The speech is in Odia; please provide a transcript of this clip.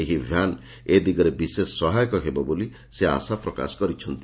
ଏହି ଭ୍ୟାନ୍ ଏ ଦିଗରେ ସହାୟକ ହେବ ବୋଲି ସେ ଆଶା ପ୍ରକାଶ କରିଛନ୍ତି